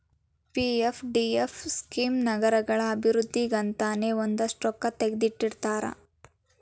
PFDF scheme ನಗರಗಳ ಅಭಿವೃದ್ಧಿಗಂತನೇ ಒಂದಷ್ಟ್ ರೊಕ್ಕಾ ತೆಗದಿಟ್ಟಿರ್ತಾರ